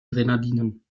grenadinen